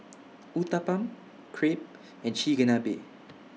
Uthapam Crepe and Chigenabe